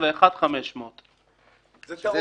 21,500. זה טעות.